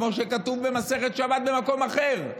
כמו שכתוב במסכת שבת במקום אחר,